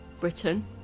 Britain